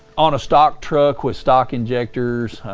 on a stock truck with stock injectors,